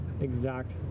exact